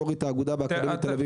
יו"ר האגודה באקדמית תל אביב יפו.